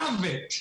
מוות.